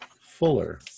Fuller